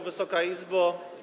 Wysoka Izbo!